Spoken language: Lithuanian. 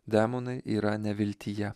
demonai yra neviltyje